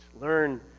Learn